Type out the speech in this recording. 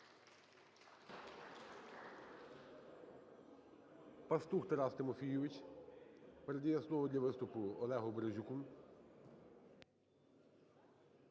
Пастух Тарас Тимофійович. Передає слово для виступу Олегу Березюку.